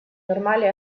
normale